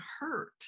hurt